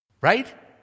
right